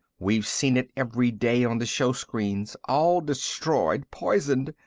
we've seen it every day on the showscreens. all destroyed, poisoned.